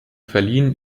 verliehen